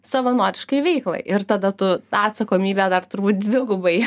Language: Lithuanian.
savanoriškai veiklai ir tada tu tą atsakomybę dar turbūt dvigubai